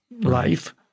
life